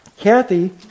Kathy